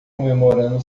comemorando